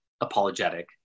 apologetic